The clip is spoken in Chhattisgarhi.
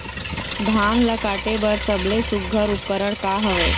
धान ला काटे बर सबले सुघ्घर उपकरण का हवए?